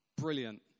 Brilliant